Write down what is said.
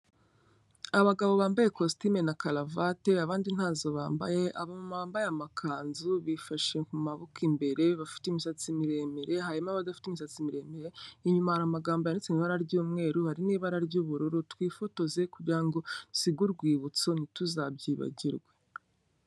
Abagabo bambaye cositime na karavate, abandi ntazo bambaye, abamama bambaye amakanzu, bifashe ku maboko imbere, bafite imisatsi miremire, harimo abadafite imisatsi miremire, inyuma hari amagambo yanditse mu ibara ry'umweru, hari n'ibara ry'ubururu, twifotoze kugira ngo dusige urwibutso ntituzabyibagirwe.